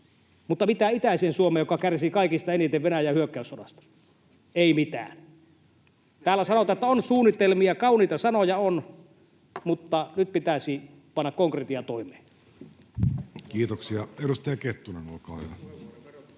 mutta mitä itäiseen Suomeen, joka kärsii kaikista eniten Venäjän hyökkäyssodasta? Ei mitään. [Marko Kilven välihuuto] Täällä sanotaan, että on suunnitelmia — kauniita sanoja on, mutta nyt pitäisi panna konkretia toimeen. [Speech 81] Speaker: Jussi Halla-aho